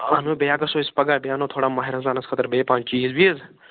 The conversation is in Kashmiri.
اَہنو بیٚیہِ ہا گَژھو أسۍ پگاہ بیٚیہِ اَنو تھوڑا ماہِ رمضانس خٲطرٕ بیٚیہِ پہن چیٖز ویٖز